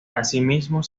asimismo